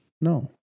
No